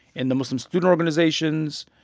in the muslim student organizations,